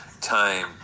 time